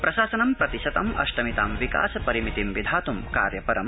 प्रशासनं प्रतिशतम् अष्टमितां विकास परिमितिं विधातुं कार्यपरम्